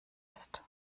ist